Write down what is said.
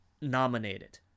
nominated